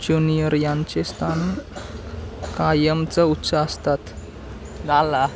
junior यांचे स्थान कायमच उच्च असतात गाला